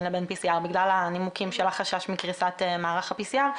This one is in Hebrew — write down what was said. לביןPCR בגלל הנימוקים של החשש מקריסת מערך ה-PCR.